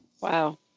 Wow